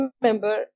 remember